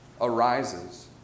arises